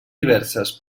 diverses